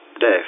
Dave